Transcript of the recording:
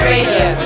Radio